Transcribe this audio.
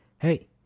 Hey